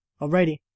Alrighty